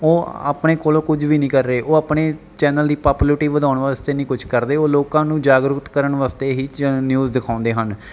ਉਹ ਆਪਣੇ ਕੋਲੋਂ ਕੁਝ ਵੀ ਨਹੀਂ ਕਰ ਰਹੇ ਉਹ ਆਪਣੇ ਚੈਨਲ ਦੀ ਪਾਪੂਲਿਟੀ ਵਧਾਉਣ ਵਾਸਤੇ ਨਹੀਂ ਕੁਛ ਕਰਦੇ ਉਹ ਲੋਕਾਂ ਨੂੰ ਜਾਗਰੂਕਤ ਕਰਨ ਵਾਸਤੇ ਹੀ ਚੈ ਨਿਊਜ਼ ਦਿਖਾਉਂਦੇ ਹਨ